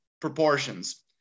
proportions